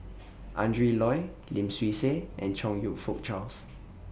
Adrin Loi Lim Swee Say and Chong YOU Fook Charles